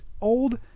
old